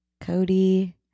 Cody